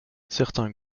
certains